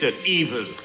Evil